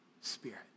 Spirit